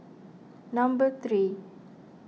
number three